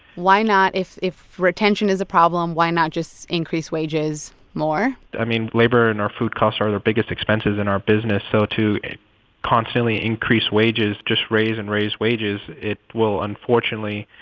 why not if if retention is a problem, why not just increase wages more? i mean, labor and our food costs are the biggest expenses in our business. so to constantly increase wages just raise and raise wages it will unfortunately